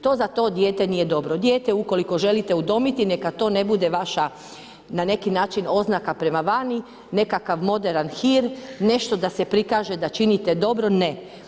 To za to dijete nije dobro, dijete ukoliko želite udomiti, neka to ne bude vaša, na neki način oznaka prema vani, nekakav moderan hir, nešto da se prikaže da činite dobro, ne.